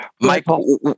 Michael